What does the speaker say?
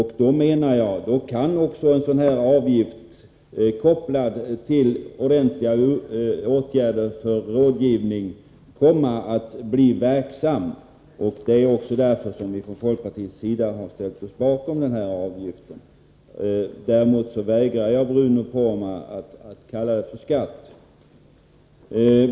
I det avseendet kan en sådan här avgift, kopplad till ordentliga åtgärder när det gäller rådgivning, komma att bli verksam. Det är ju därför som vi från folkpartiet ställt oss bakom förslaget om en avgift av det här slaget. Däremot vägrar jag, Bruno Poromaa, att kalla avgiften för skatt.